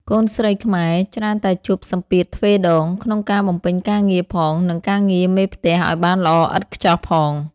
កូនស្រីខ្មែរច្រើនតែជួបសម្ពាធទ្វេដង ក្នុងការបំពេញការងារផង និងការងារមេផ្ទះឱ្យបានល្អឥតខ្ចោះផង។